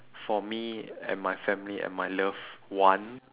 for me and my family and my loved one